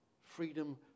freedom